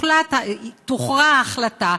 תוכרע ההחלטה,